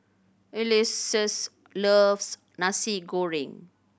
Ulysses loves Nasi Goreng